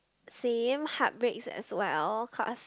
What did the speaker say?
same heartbreaks as well cause